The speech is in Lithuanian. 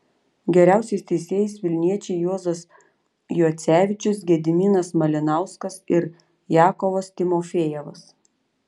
geriausiais teisėjais vilniečiai juozas juocevičius gediminas malinauskas ir jakovas timofejevas